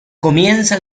comienza